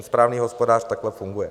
Správný hospodář takhle funguje.